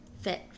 fit